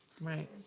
right